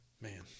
Man